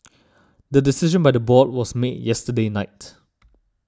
the decision by the board was made yesterday night